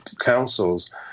councils